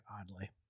oddly